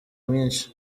mwinshi